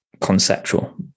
conceptual